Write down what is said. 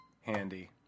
handy